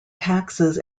taxes